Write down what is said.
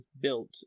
built